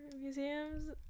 museums